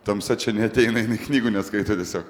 tamsa čia neateina jinai knygų neskaito tiesiog